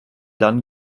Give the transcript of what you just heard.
dann